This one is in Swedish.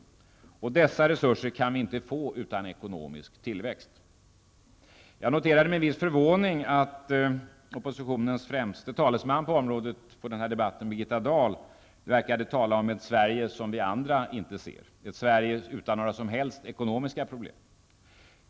Dessa resurser kan vi inte få utan ekonomisk tillväxt. Jag noterade med en viss förvåning att oppositionens främste talesman på det här området, Birgitta Dahl, i debatten verkade tala om ett Sverige som vi andra inte ser, ett Sverige utan några som helst ekonomiska problem.